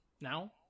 now